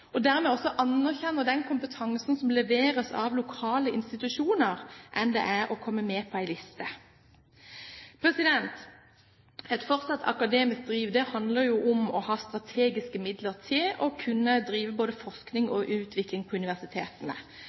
og dermed også anerkjenner den kompetansen som leveres av lokale institusjoner, enn det er å komme med på en liste. Et fortsatt akademisk driv handler om å ha strategiske midler til å kunne drive både forskning og utvikling ved universitetene.